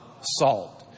Salt